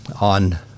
on